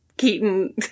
Keaton